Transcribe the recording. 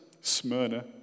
Smyrna